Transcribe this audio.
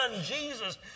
Jesus